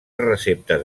receptes